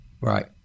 Right